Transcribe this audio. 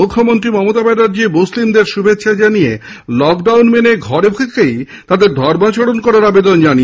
মুখ্যমন্ত্রী মমতা ব্যানার্জী মুসলিমদের শুভেচ্ছা জানিয়ে লকডাউন মেনে ঘরে থেকেই তাদের ধর্মাচরণ করার আবেদন জানিয়েছেন